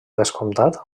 descomptat